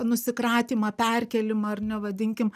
nusikratymą perkėlimą ar ne vadinkim